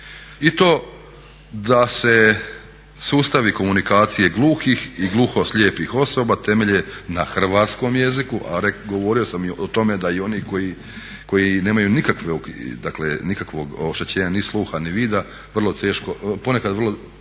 I to da se sustavi komunikacije gluhih i gluhoslijepih osoba temelje na hrvatskom jeziku, a govorio sam i o tome da i oni koji nemaju nikakvog oštećenja ni sluha ni vida vrlo